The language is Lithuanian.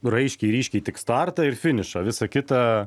raiškiai ryškiai tik startą ir finišą visą kitą